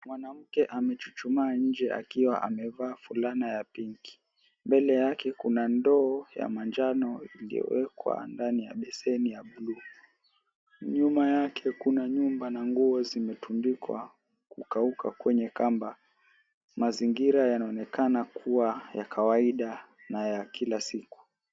Mwanamke amechuchumaa nje akiwa amevaa fulana ya pinki. Mbele yake kuna ndoo ya manjano iliyowekwa ndani ya beseni ya buluu. Nyuma yake kuna nyumba na nguo zimetundikwa kukauka kwenye kamba. Mazingira yanaonekana kuwa ya kawaida na ya kila siku.